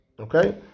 Okay